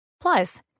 Plus